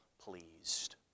pleased